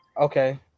Okay